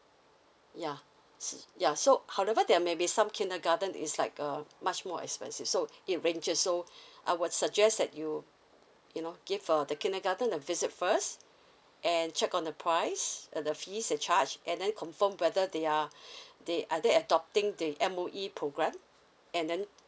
ya s~ ya so however there may be some kindergarten is like uh much more expensive so it ranges so I would suggest that you you know give uh the kindergarten a visit first and check on the price and the fees they charge and then confirm whether they are they are they adopting the M_O_E program and then